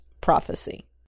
prophecy